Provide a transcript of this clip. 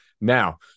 Now